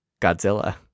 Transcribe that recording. godzilla